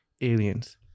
aliens